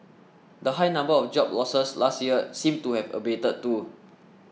the high number of job losses last year seems to have abated too